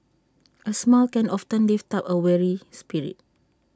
A smile can often lift up A weary spirit